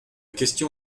question